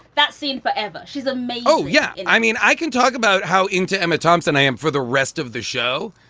that scene forever. she's a male. oh yeah. i mean, i can talk about how into emma thompson i am for the rest of the show.